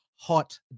hot